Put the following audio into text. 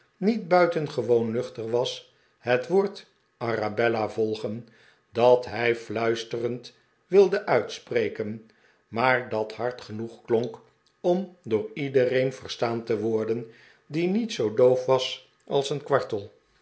niet buitengewoon nuchter was het woord arabella volgen dat hij fluisterend wilde uitspreken maar dat hard genoeg klonk om door iedereen verstaan te worden die niet zoo doof was als een kwartel